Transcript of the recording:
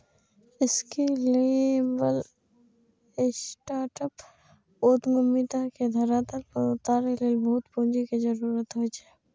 scalable startup उद्यमिता के धरातल पर उतारै लेल बहुत पूंजी के जरूरत होइ छै